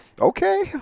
Okay